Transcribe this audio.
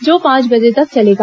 जो पांच बजे तक चलेगा